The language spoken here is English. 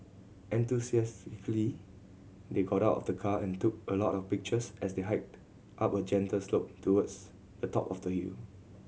enthusiastically they got out of the car and took a lot of pictures as they hiked up a gentle slope towards the top of the hill